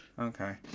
Okay